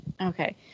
Okay